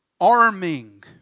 arming